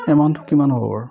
এমাউণ্টটো কিমান হ'ব বাৰু